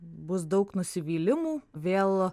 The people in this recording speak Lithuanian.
bus daug nusivylimų vėl